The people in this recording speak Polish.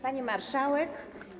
Pani Marszałek!